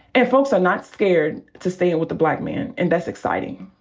and folks are not scared to stand with a black man, and that's exciting.